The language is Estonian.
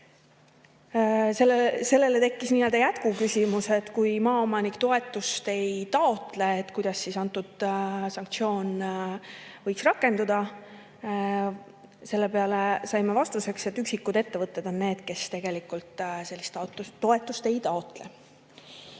Sellele tekkis jätkuküsimus, et kui maaomanik toetust ei taotle, kuidas siis see sanktsioon võiks rakenduda. Selle peale saime vastuseks, et on [vaid] üksikud ettevõtted, kes tegelikult sellist toetust ei taotle. Veel